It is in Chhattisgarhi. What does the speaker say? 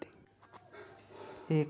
बजार ले ऋण ले म कतेकन ब्याज लगथे?